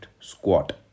squat